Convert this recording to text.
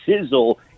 sizzle